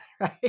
Right